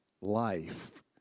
life